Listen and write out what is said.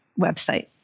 website